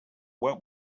what